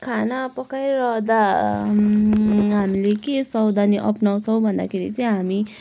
खाना पकाइरहदा हामीले के सावधानी अप्नाउँछौँ भन्दाखेरि चाहिँ हामी